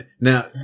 Now